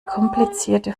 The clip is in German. komplizierte